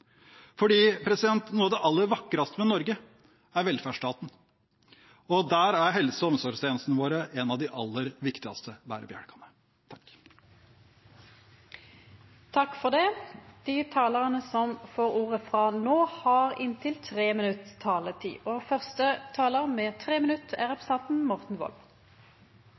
Noe av det aller vakreste med Norge er velferdsstaten, og der er helse- og omsorgstjenesten vår en av de aller viktigste bærebjelkene. Dei talarane som heretter får ordet, har ei taletid på inntil